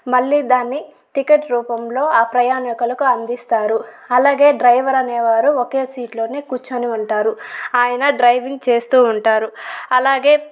మళ్ళీ దాన్ని టికెట్ రూపంలో ఆ ప్రయాణికులకి అందిస్తారు అలాగే డ్రైవర్ అనేవారు ఒకే సీటు లోనే కూర్చొని ఉంటారు ఆయన డ్రైవింగ్ చేస్తూ ఉంటారు అలాగే